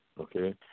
Okay